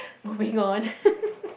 moving on